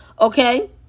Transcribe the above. Okay